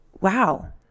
wow